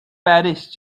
برش